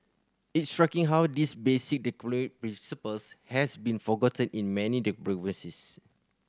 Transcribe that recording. it's striking how this basic principles has been forgotten in many democracies